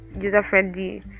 user-friendly